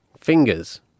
fingers